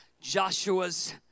Joshua's